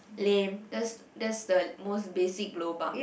lame that's that's the most basic lobang